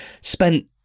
spent